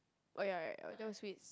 oh ya ya ya that was